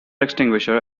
extinguisher